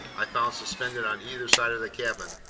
i found suspended on either side of the cabin,